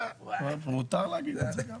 כן, מותר להגיד את זה.